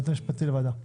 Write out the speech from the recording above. היועץ המשפטי לוועדה.